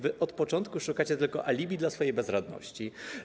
Wy od początku szukacie tylko alibi dla swojej bezradności.